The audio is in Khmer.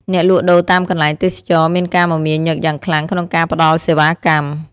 អ្នកលក់ដូរតាមកន្លែងទេសចរណ៍មានការមមាញឹកយ៉ាងខ្លាំងក្នុងការផ្តល់សេវាកម្ម។